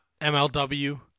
MLW